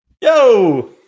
Yo